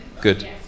Good